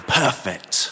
perfect